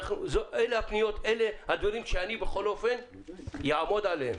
אלה הדברים שאני אעמוד עליהם.